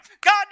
God